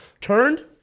turned